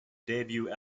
debut